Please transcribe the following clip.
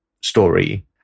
story